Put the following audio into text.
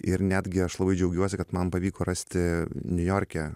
ir netgi aš labai džiaugiuosi kad man pavyko rasti niujorke